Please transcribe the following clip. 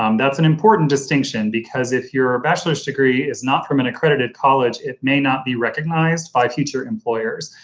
um that's an important distinction because if you're a bachelor's degree is not from an accredited college it may not be recognized by future employers,